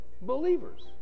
believers